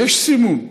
יש סימון.